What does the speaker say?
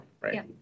right